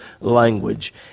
language